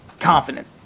confident